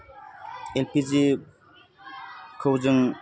एलपिजिखौ जों